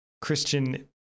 Christian